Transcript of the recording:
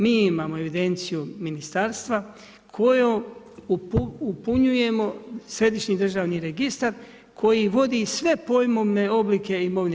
Mi imamo evidenciju Ministarstva koju upunjujemo središnji državni registar koji vodi sve pojmovne oblike imovine.